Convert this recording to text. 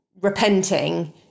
repenting